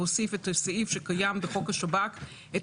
להוסיף את הסעיף שקיים בחוק השב"כ את